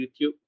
YouTube